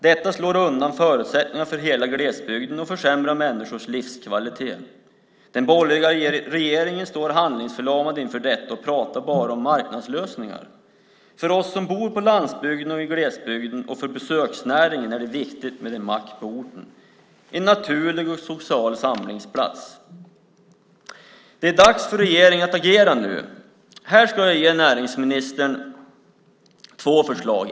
Detta slår undan förutsättningarna för hela glesbygden och försämrar människors livskvalitet. Den borgerliga regeringen står handlingsförlamad inför detta och pratar bara om marknadslösningar. För oss som bor på landsbygden och i glesbygden och för besöksnäringen är det viktigt med en mack på orten. Det är en naturlig och social samlingsplats. Det är dags för regeringen att agera nu. Jag ska ge näringsministern två förslag.